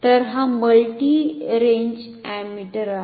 तर हा multi range ammeter आहे